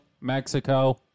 mexico